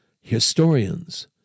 historians